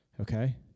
okay